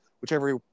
whichever